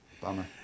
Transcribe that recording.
Bummer